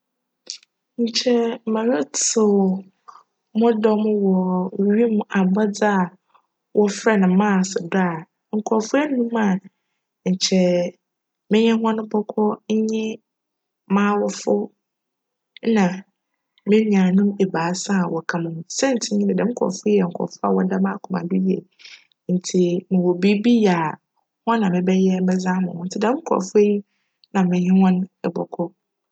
Nkyj meretsew mo dcm wc wimu abcdze a wcfrj no "Mars'' do a, nkorcfo enum a nkyj menye hcn bckc nye m'awofo na mo nuanom ebiasa wcka ho. Siantsir nye dj djm nkorcfo yi yj nkorcfo a wcda m'akoma do yie ntsi mowc biribi yj a, hcn na mebjyj ama hcn ntsi djm nkorcfo yi na menye hcn bckc.